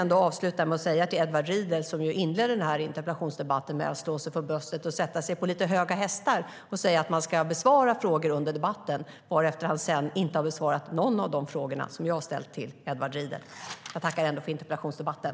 Edward Riedl inledde interpellationsdebatten med att slå sig för bröstet och sätta sig på lite höga hästar. Han sa att man ska besvara frågor under debatten, varefter han sedan inte besvarade någon av de frågor som jag ställde till honom. Jag tackar för interpellationsdebatten.